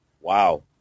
Wow